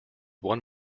one